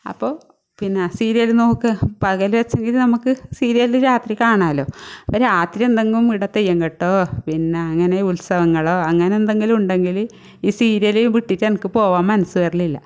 അപ്പോൾ പിന്നെ സീരിയല് നോക്കെ പകൽ വെച്ചങ്കിൽ നമുക്ക് സീരിയല് രാത്രി കാണാല്ലോ അപ്പം രാത്രി എന്നെങ്കിലും ഇവിടെ തെയ്യം കേട്ടോ പിന്നെ അങ്ങനെ ഉത്സവങ്ങളോ അങ്ങനെ എന്തെങ്കിലും ഉണ്ടെങ്കിൽ ഈ സീരിയല് വിട്ടിട്ട് എനിക്ക് പോവാൻ മനസ്സ് വരലില്ല